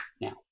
now